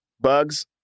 Bugs